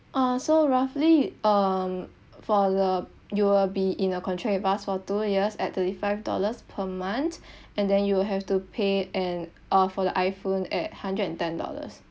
uh so roughly um for the you will be in a contract with us for two years at thirty five dollars per month and then you have to pay an uh for the iphone at hundred and ten dollars